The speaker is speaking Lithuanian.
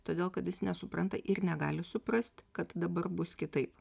todėl kad jis nesupranta ir negali suprast kad dabar bus kitaip